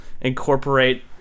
incorporate